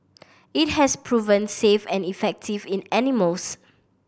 it has proven safe and effective in animals